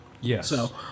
Yes